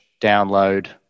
download